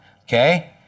okay